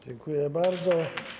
Dziękuję bardzo.